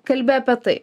kalbi apie tai